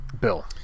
Bill